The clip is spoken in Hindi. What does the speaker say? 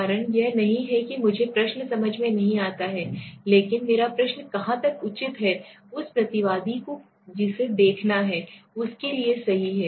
कारण यह नहीं है कि मुझे प्रश्न समझ में नहीं आता है लेकिन मेरा प्रश्न कहां तक उचित है उस प्रतिवादी को जिसे देखना है उसके लिए सही है